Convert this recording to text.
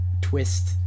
twist